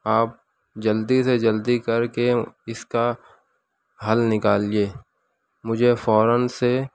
آپ جلدی سے جلدی کر کے اس کا حل نکالیے مجھے فوراََ سے